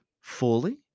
fully